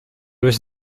was